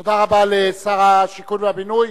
תודה רבה לשר השיכון והבינוי.